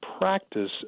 practice